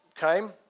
came